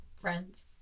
friends